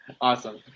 Awesome